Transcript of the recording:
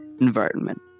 environment